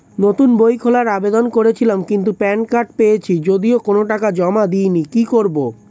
নতুন বই খোলার আবেদন করেছিলাম কিন্তু প্যান কার্ড পেয়েছি যদিও কোনো টাকা জমা দিইনি কি করব?